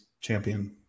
champion